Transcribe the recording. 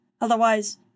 Otherwise